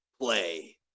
play